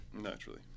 naturally